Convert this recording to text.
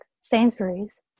Sainsbury's